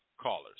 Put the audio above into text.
callers